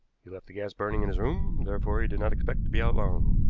he left the gas burning in his room, therefore he did not expect to be out long.